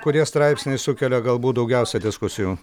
kurie straipsniai sukelia galbūt daugiausia diskusijų